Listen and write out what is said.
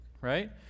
right